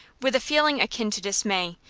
with a feeling akin to dismay,